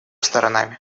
сторонами